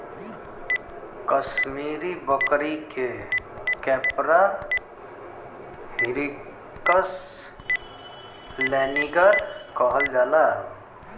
कसमीरी बकरी के कैपरा हिरकस लैनिगर कहल जाला